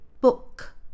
book